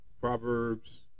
Proverbs